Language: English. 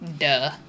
Duh